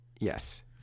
Yes